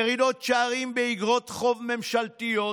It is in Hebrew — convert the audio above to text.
ירידות שערים באיגרות חוב ממשלתיות,